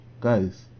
guys